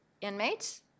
inmates